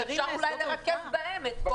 אולי אפשר לרכז בהם.